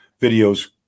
videos